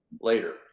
later